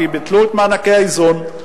כי ביטלו את מענקי האיזון,